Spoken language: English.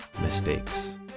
mistakes